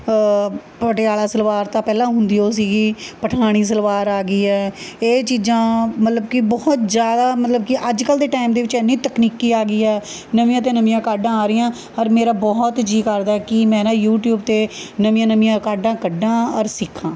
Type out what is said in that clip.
ਪਟਿਆਲਾ ਸਲਵਾਰ ਤਾਂ ਪਹਿਲਾਂ ਹੁੰਦੀ ਉਹ ਸੀਗੀ ਪਠਾਣੀ ਸਲਵਾਰ ਆ ਗਈ ਹੈ ਇਹ ਚੀਜ਼ਾਂ ਮਤਲਬ ਕਿ ਬਹੁਤ ਜ਼ਿਆਦਾ ਮਤਲਬ ਕਿ ਅੱਜ ਕੱਲ੍ਹ ਦੇ ਟਾਈਮ ਦੇ ਵਿੱਚ ਇੰਨੀ ਤਕਨੀਕੀ ਆ ਗਈ ਹੈ ਨਵੀਆਂ ਤੋਂ ਨਵੀਆਂ ਕਾਢਾਂ ਆ ਰਹੀਆਂ ਔਰ ਮੇਰਾ ਬਹੁਤ ਜੀ ਕਰਦਾ ਕਿ ਮੈਂ ਨਾ ਯੂਟਿਊਬ 'ਤੇ ਨਵੀਆਂ ਨਵੀਆਂ ਕਾਢਾਂ ਕੱਢਾਂ ਔਰ ਸਿੱਖਾਂ